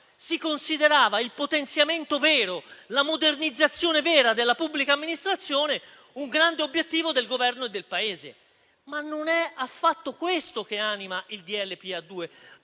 si considerava il potenziamento vero, la modernizzazione vera della pubblica amministrazione, un grande obiettivo del Governo e del Paese. Ma non è affatto questo che anima il